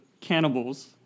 cannibals